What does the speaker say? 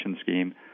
scheme